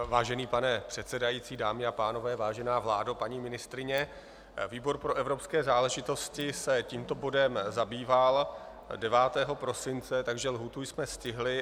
Vážený pane předsedající, dámy a pánové, vážená vládo, paní ministryně, výbor pro evropské záležitosti se tímto bodem zabýval 9. prosince, takže lhůtu jsme stihli.